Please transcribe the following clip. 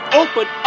open